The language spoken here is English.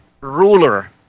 ruler